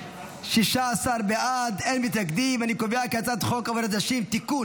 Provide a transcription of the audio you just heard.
ההצעה להעביר את הצעת חוק עבודת נשים (תיקון,